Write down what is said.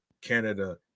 Canada